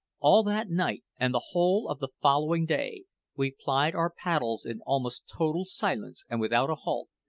all that night and the whole of the following day we plied our paddles in almost total silence and without a halt,